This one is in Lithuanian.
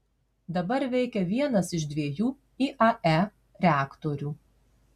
dabar veikia vienas iš dviejų iae reaktorių